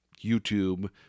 YouTube